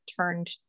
turned